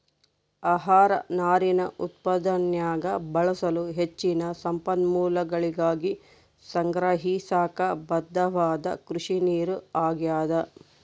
ಆಹಾರ ನಾರಿನ ಉತ್ಪಾದನ್ಯಾಗ ಬಳಸಲು ಹೆಚ್ಚಿನ ಸಂಪನ್ಮೂಲಗಳಿಗಾಗಿ ಸಂಗ್ರಹಿಸಾಕ ಬದ್ಧವಾದ ಕೃಷಿನೀರು ಆಗ್ಯಾದ